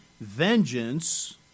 Vengeance